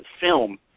film